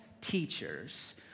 teachers